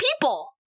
people –